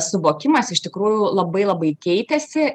suvokimas iš tikrųjų labai labai keitėsi